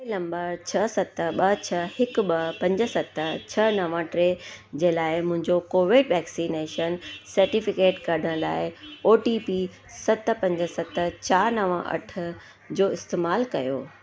mobile number छह सत ॿ छह हिक ॿ पंज सत छह नव टे जे लाइ मुंहिंजो कोविड वैक्सनेशन सर्टिफिकेट कढण लाइ ओटीपी सत पंज सत चार नव अठ जो इस्तेमालु कयो